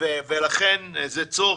ולכן זה הצורך,